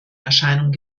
erscheinung